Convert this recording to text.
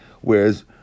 Whereas